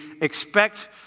expect